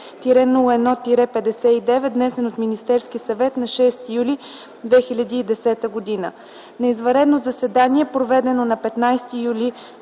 002-01-59, внесен от Министерския съвет на 6 юли 2010г. На извънредно заседание, проведено на 15 юли